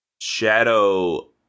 Shadow